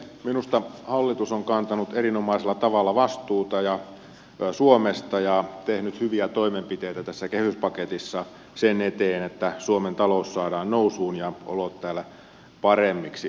minusta hallitus on kantanut erinomaisella tavalla vastuuta suomesta ja tehnyt hyviä toimenpiteitä tässä kehyspaketissa sen eteen että suomen talous saadaan nousuun ja olot täällä paremmiksi